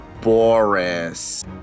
Boris